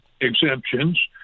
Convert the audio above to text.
exemptions